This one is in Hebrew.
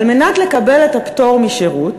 על מנת לקבל את הפטור משירות,